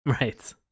right